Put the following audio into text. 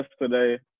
yesterday –